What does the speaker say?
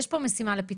יש פה משימה לפתחנו